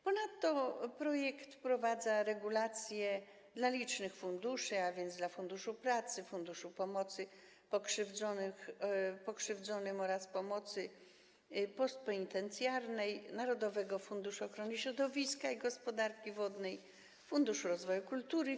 Ponadto projekt wprowadza regulacje dla licznych funduszy, a więc Funduszu Pracy, Funduszu Pomocy Pokrzywdzonym oraz Pomocy Postpenitencjarnej, Narodowego Funduszu Ochrony Środowiska i Gospodarki Wodnej, Funduszu Rozwoju Kultury Fizycznej.